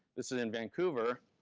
this is in vancouver.